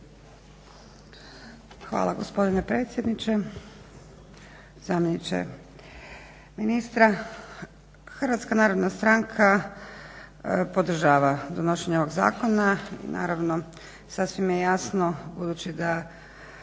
Hvala gospodine predsjedniče, zamjeniče ministra. HNS podržava donošenje ovog Zakona i naravno sasvim je jasno budući da